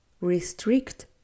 restrict